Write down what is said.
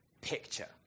picture